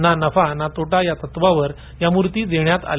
ना नफा ना तोटा या तत्त्वावर या मुर्ती देण्यात आल्या